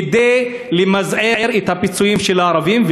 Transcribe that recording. כדי למזער את הפיצויים של הערבים.